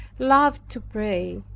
loved to pray,